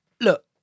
Look